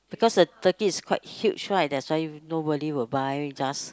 because the turkey is quite huge right that's why nobody will buy just